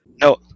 No